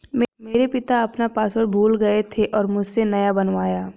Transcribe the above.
मेरे पिता अपना पासवर्ड भूल गए थे और मुझसे नया बनवाया